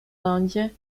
lądzie